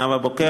נאוה בוקר,